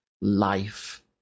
life